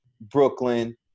Brooklyn